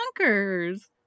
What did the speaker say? bonkers